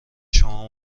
شما